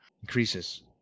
increases